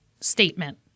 statement